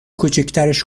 کوچیکترش